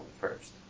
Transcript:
first